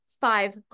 five